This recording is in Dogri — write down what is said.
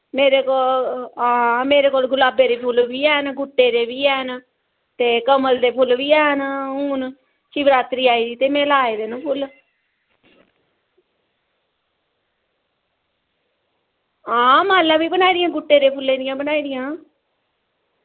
मेरे कोल हां मेरे कोल गलाबे दे फुल्ल बी हैन गुट्टे दे बी हैन ते कमल दे फुल्ल बी हैन हून शिवरात्री आई ते में लाए दे न फुल्ल हां मालां बी बनाई दियां गुट्टे दे फुल्ले दियां बनाई दियां